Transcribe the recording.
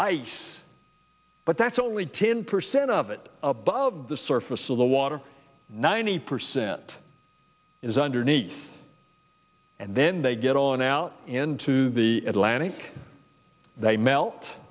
ice but that's only ten percent of it above the surface of the water ninety percent is underneath and then they get on out into the atlantic they melt